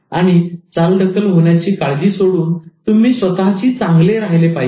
आणि चालढकल होण्याची काळजी सोडून तुम्ही स्वतःची चांगले राहिले पाहिजे